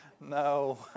No